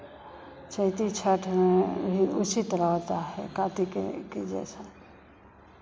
चैती छठ में भी उसी तरह होता है कार्तिके के जैसा